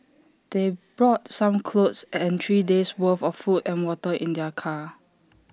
they brought some clothes and three days' worth of food and water in their car